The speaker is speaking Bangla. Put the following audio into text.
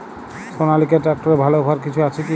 সনালিকা ট্রাক্টরে ভালো অফার কিছু আছে কি?